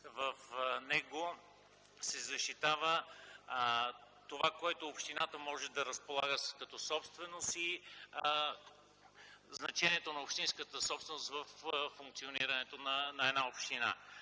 в него се защитава това, с което общината може да разполага като собственост и значението на общинската собственост във функционирането на една община.